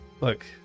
Look